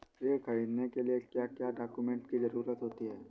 ऋण ख़रीदने के लिए क्या क्या डॉक्यूमेंट की ज़रुरत होती है?